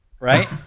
right